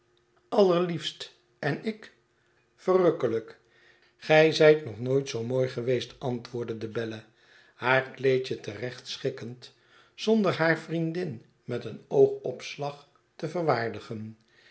allerliefst en ik verrukkelijk gij zijt nog nooit zoo mooi geweest antwoordde de belle haar kleedje terecht schikkend zonder haar vriendin met een oogopslag te verwaardigen